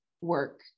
work